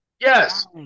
Yes